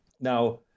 Now